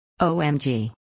OMG